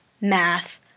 math